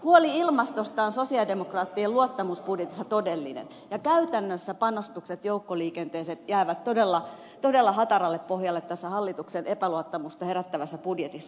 huoli ilmastosta on sosialidemokraattien luottamusbudjetissa todellinen ja käytännössä panostukset joukkoliikenteeseen jäävät todella hataralle pohjalle tässä hallituksen epäluottamusta herättävässä budjetissa